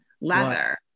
leather